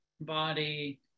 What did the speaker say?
body